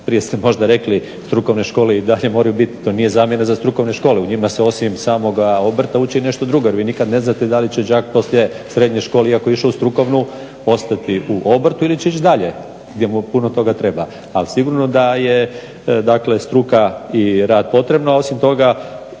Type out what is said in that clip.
prije ste možda rekli, strukovne škole i dalje moraju biti, to nije zamjena za strukovne škole. U njima se osim samoga obrta uči i nešto drugo. Jer vi nikada ne znate da li će đak poslije srednje škole iako je išao u strukovnu ostati u obrtu ili će ići dalje gdje mu puno toga treba. Ali sigurno da je dakle strka i rad potrebno. Osim toga,